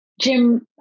Jim